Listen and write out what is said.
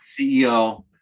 CEO